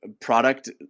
product